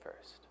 first